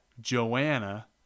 Joanna